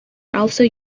also